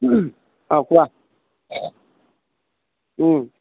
অঁ কোৱা